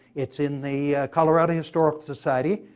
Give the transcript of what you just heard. it's in the colorado historical society,